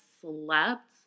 slept